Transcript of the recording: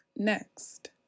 Next